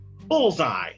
Bullseye